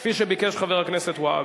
כפי שביקש חבר הכנסת והבה.